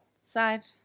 side